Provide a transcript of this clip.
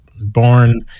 Born